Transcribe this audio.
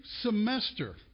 semester